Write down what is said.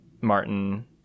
Martin